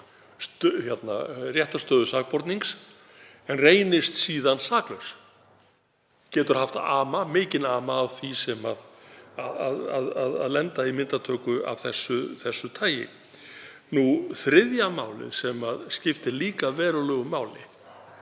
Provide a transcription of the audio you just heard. réttarstöðu sakbornings en reynist síðan saklaus, hann getur haft mikinn ama af því að lenda í myndatöku af þessu tagi. Þriðja málið, sem skiptir líka verulegu máli,